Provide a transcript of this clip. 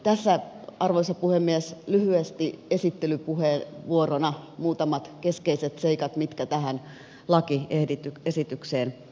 tässä arvoisa puhemies lyhyesti esittelypuheenvuorona muutamat keskeiset seikat mitkä tähän lakiesitykseen sisältyvät